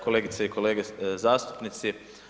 Kolegice i kolege zastupnici.